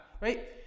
right